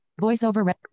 voiceover